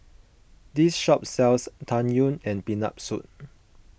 this shop sells Tang Yuen and Peanut Soup